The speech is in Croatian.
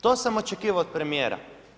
To sam očekivao od premijera.